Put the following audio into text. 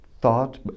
thought